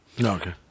Okay